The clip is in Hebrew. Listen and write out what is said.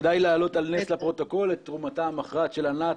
כדאי להעלות על נס לפרוטוקול את תרומתה המכרעת של ענת